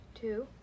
two